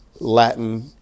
Latin